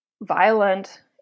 violent